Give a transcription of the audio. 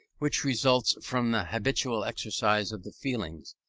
which results from the habitual exercise of the feelings,